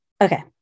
Okay